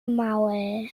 maul